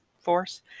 force